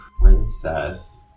princess